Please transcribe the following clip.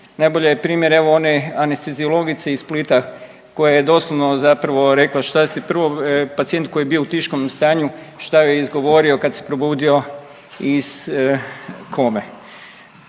Najbolji je primjer evo one anesteziologice iz Splita koja je doslovno zapravo rekla što se prvo pacijent koji je bio u … stanju što joj je izgovorio kada se probudio iz kome.